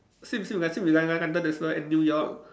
same same and New York